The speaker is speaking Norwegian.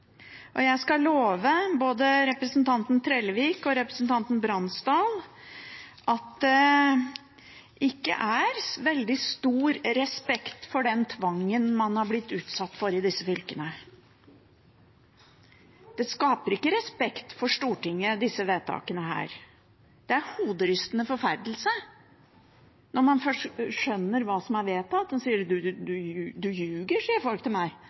Jeg skal love både representanten Trellevik og representanten Bransdal at det ikke er veldig stor respekt for den tvangen man har blitt utsatt for i disse fylkene. De skaper ikke respekt for Stortinget, disse vedtakene – det er hoderystende forferdelse når man først skjønner hva som er vedtatt. «Du ljuger», sier